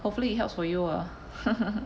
hopefully it helps for you ah